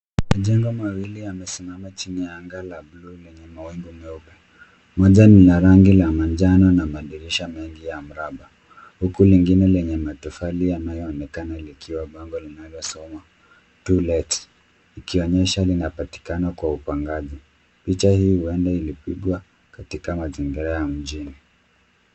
Majengo mawili yamesimama chini ya anga la bluu lenye mawingu meupe. Moja ni la rangi la manjano na madirisha mengi ya mraba, huku lingine lenye matofali yanayoonekana likiwa na bango linalo soma To late likionyesha linapatikana kwa upangaji. Picha hii uenda ilipigwa katika mazingira ya mjini.